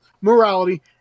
morality